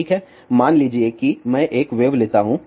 ठीक है मान लीजिए कि मैं एक वेव लेता हूं